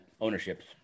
ownership's